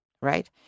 right